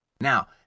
now